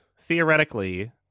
theoretically